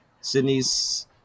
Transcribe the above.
Sydney's